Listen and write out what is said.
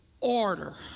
Order